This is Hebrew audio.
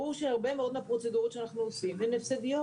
ברור שהרבה מאוד מהפרוצדורות שאנחנו עושים הן הפסדיות.